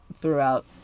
throughout